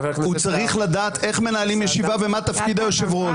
הוא צריך לדעת איך מנהלים ישיבה ומה תפקיד היושב ראש.